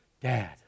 Dad